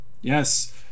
Yes